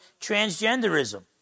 transgenderism